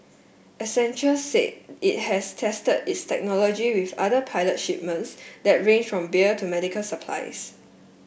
Accenture said it has tested its technology with other pilot shipments that range from beer to medical supplies